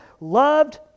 loved